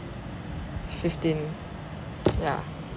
fifteen yeah